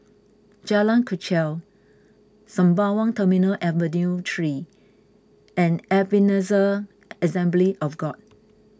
Jalan Kechil Sembawang Terminal Avenue three and Ebenezer Assembly of God